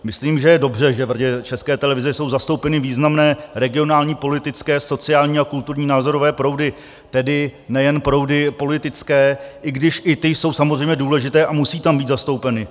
Myslím, že je dobře, že v Radě České televize jsou zastoupeny významné regionální, politické, sociální a kulturní názorové proudy, tedy nejen proudy politické, i když i ty jsou samozřejmě důležité a musí tam být zastoupeny.